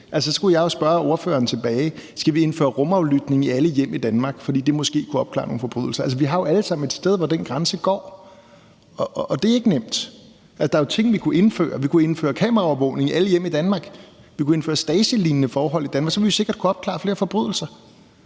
så spørge spørgeren tilbage: Skal vi indføre rumaflytning i alle hjem i Danmark, fordi det måske kunne opklare nogle forbrydelser? Altså, vi har jo alle sammen et sted, hvor den grænse går, og det er ikke nemt. Der er ting, vi kunne indføre. Vi kunne indføre kameraovervågning i alle hjem i Danmark. Vi kunne indføre Stasilignende forhold i Danmark; så ville vi sikkert kunne opklare flere forbrydelser.